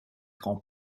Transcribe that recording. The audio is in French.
grands